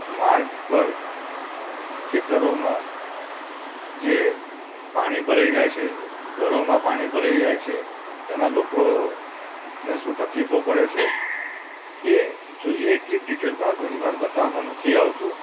માર્ગ પર ખેતરોમાં જે પાણી ભરાઈ જાય છે ઘરોમાં પાણી ભરાઈ જાય છે ત્યાંનાં લોકો ને શું તકલીફો પડે છે એ જોઈએ એટલી ડિટેલમાં ઘણીવાર બતાવવામાં નથી આવતું